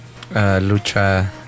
lucha